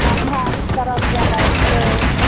तरफ जेनाइ छै